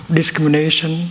discrimination